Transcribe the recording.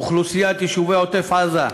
אוכלוסיית יישובי עוטף-עזה,